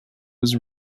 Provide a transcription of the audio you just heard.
was